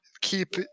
keep